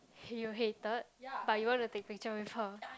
you hated but you want to take picture with her